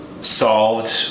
solved